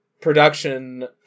production